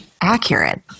accurate